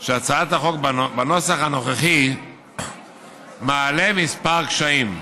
כי הצעת החוק בנוסח הנוכחי מעלה כמה קשיים,